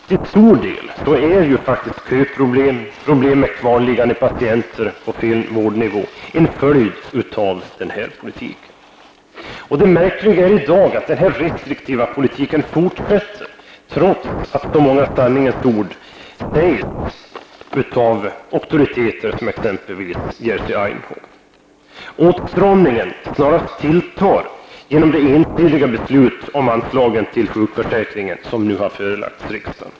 Till stor del är faktiskt köproblem, problem med kvarliggande patienter och fel vårdnivå en följd av den här politiken. Det märkliga är att den restriktiva politiken fortsätter, trots att så många sanningens ord sägs av auktoriteter som exempelvis Jerzy Einhorn. Åtstramningen snarast tilltar till följd av det ensidiga beslut om anslag till sjukförsäkringen som nu har förelagts riksdagen.